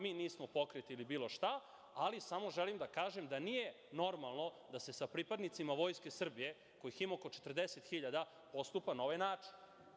Mi nismo pokret ili bilo šta, ali samo želim da kažem da nije normalno da se sa pripadnicima Vojske Srbije, kojih ima oko 40 hiljada, postupa na ovaj način.